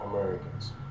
Americans